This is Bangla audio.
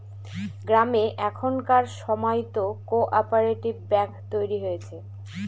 গ্রামে এখনকার সময়তো কো অপারেটিভ ব্যাঙ্ক তৈরী হয়েছে